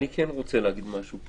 אני כן רוצה להגיד משהו,